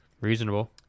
Reasonable